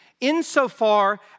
Insofar